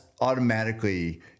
automatically